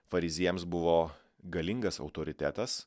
fariziejams buvo galingas autoritetas